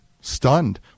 stunned